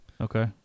Okay